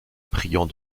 priant